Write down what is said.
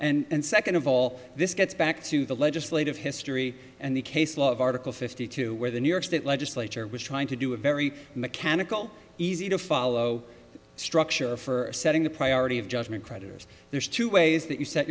are and second of all this gets back to the legislative history and the case law of article fifty two where the new york state legislature was trying to do a very mechanical easy to follow structure for setting the priority of judgment creditor's there's two ways that you set